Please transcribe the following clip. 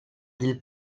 del